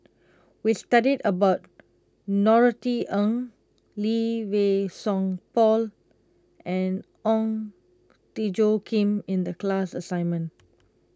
we studied about Norothy Ng Lee Wei Song Paul and Ong Tjoe Kim in the class assignment